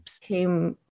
came